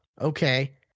Okay